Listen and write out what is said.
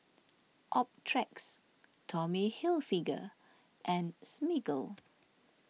Optrex Tommy Hilfiger and Smiggle